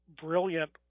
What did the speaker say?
brilliant